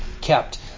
kept